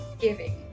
giving